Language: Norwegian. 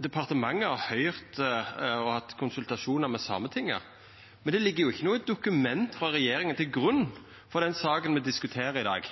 departementet har høyrt og hatt konsultasjonar med Sametinget, men det ligg ikkje noko dokument frå regjeringa til grunn for den saka me diskuterer i dag.